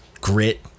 grit